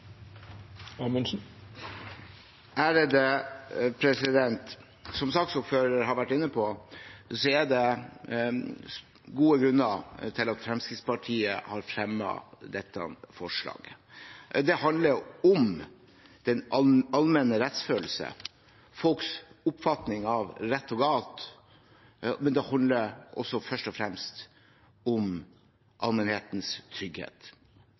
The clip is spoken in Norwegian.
Som saksordfører har vært inne på, er det gode grunner til at Fremskrittspartiet har fremmet dette forslaget. Det handler om den allmenne rettsfølelse, folks oppfatning av rett og galt, men det handler først og fremst om allmennhetens trygghet.